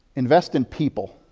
invest in people,